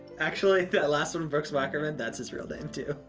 actually, that last one, brooks wackerman, that's his real name too.